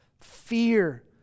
fear